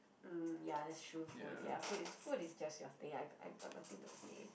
mm ya that's true food ya food is food is just your thing I got I got nothing to say